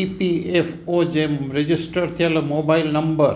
ई P F O जे register थियल mobile number